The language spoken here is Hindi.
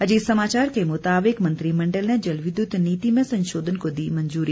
अजीत समाचार के मुताबिक मंत्रिमंडल ने जलविद्युत नीति में संशोधन को दी मंजूरी